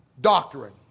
doctrine